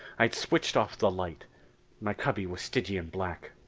i had switched off the light my cubby was stygian black.